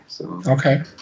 Okay